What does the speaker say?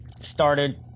started